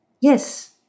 yes